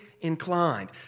inclined